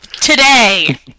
Today